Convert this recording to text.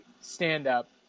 stand-up